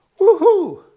Woohoo